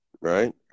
Right